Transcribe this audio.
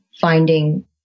finding